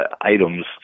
items